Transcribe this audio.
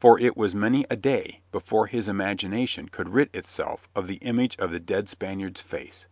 for it was many a day before his imagination could rid itself of the image of the dead spaniard's face